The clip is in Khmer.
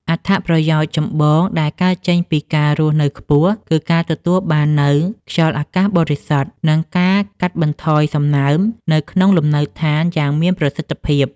អត្ថប្រយោជន៍ចម្បងដែលកើតចេញពីការរស់នៅខ្ពស់ គឺការទទួលបាននូវ ខ្យល់អាកាសបរិសុទ្ធ និងការកាត់បន្ថយសំណើមនៅក្នុងលំនៅដ្ឋានយ៉ាងមានប្រសិទ្ធភាព។